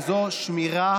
שמירה